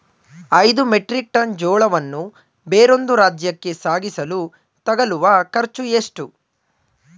ಐದು metric ton ಜೋಳವನ್ನು ಬೇರೊಂದು ರಾಜ್ಯಕ್ಕೆ ಸಾಗಿಸಲು ತಗಲುವ ಖರ್ಚು ಎಷ್ಟು?